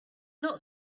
not